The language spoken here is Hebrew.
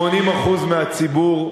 80% מהציבור,